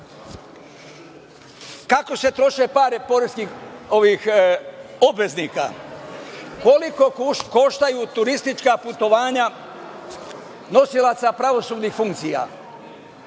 se troše pare poreskih obveznika? Koliko koštaju turistička putovanja nosilaca pravosudnih funkcija,